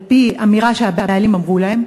על-פי אמירה שהבעלים אמרו להם,